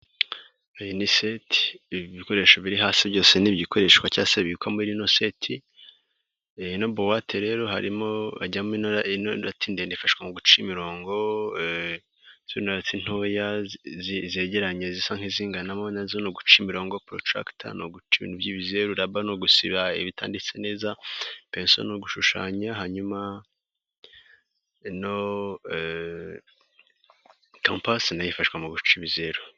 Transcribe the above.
Iyi ni seti ibikoresho biri hasi byose ni igikoreshwa cyangwa se bibikwa muri ino seti, ino bowate rero harimo hajyamo ino irate ndende y'ifashashwa mu guca imirongo zino ntoya zegeranye zisa nk'izinganamo nazo guca imirongongo poroca gatanu ibintu bize rulaba no guba bitanditse neza peso ni gushushanya hanyuma tipasi nayo ifasha mu guca ibizeru.